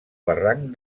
barranc